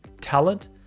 talent